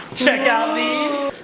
check out these!